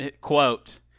quote